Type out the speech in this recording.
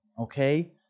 okay